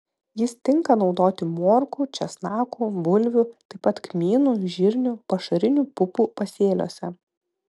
jis tinka naudoti morkų česnakų bulvių taip pat kmynų žirnių pašarinių pupų pasėliuose